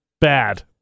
bad